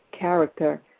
character